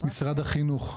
משרד החינוך.